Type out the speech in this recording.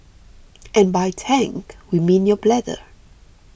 and by tank we mean your bladder